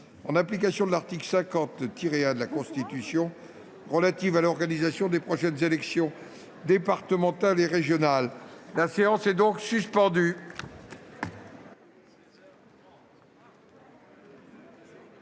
en application de l'article 50-1 de la Constitution, relative à l'organisation des prochaines élections départementales et régionales. Cette séance s'organisera en